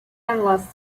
endless